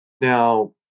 Now